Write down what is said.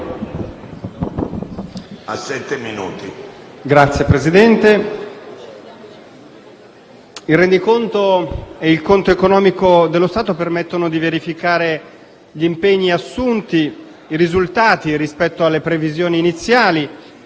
il rendiconto e il conto economico dello Stato permettono di verificare gli impegni assunti, i risultati rispetto alle previsioni iniziali